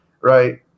right